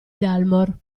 dalmor